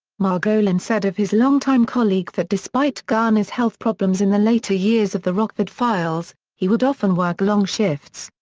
margolin said of his longtime colleague that despite garner's health problems in the later years of the rockford files, he would often work long shifts,